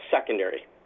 secondary